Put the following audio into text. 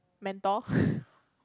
mentor